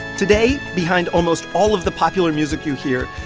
today, behind almost all of the popular music you hear,